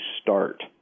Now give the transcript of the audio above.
start